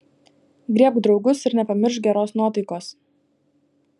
griebk draugus ir nepamiršk geros nuotaikos